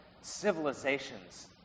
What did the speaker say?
civilizations